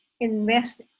invest